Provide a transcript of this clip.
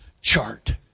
chart